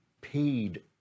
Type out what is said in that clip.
paid